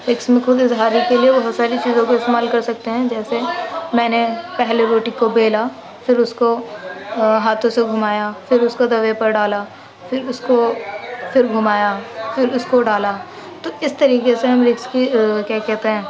رکس میں خوداظہاری کے لیے بہت ساری چیزوں کو استعمال کر سکتے ہیں جیسے میں نے پہلے روٹی کو بیلا پھر اس کو ہاتھوں سے گھمایا پھر اس کو توے پر ڈالا پھر اس کو پھر گھمایا پھر اس کو ڈالا تو اس طریقے سے ہم رکس کی کیا کہتے ہیں